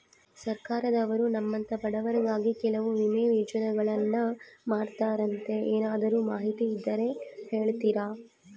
ಸರ್ಕಾರದವರು ನಮ್ಮಂಥ ಬಡವರಿಗಾಗಿ ಕೆಲವು ವಿಮಾ ಯೋಜನೆಗಳನ್ನ ಮಾಡ್ತಾರಂತೆ ಏನಾದರೂ ಮಾಹಿತಿ ಇದ್ದರೆ ಹೇಳ್ತೇರಾ?